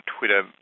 Twitter